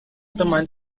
teman